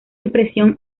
impresión